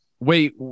wait